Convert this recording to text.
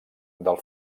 del